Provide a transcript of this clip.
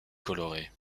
coloré